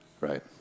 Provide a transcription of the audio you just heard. Right